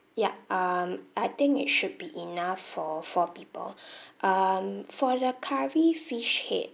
yup um I think it should be enough for four people um for the curry fish head